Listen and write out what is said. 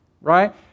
Right